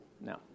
No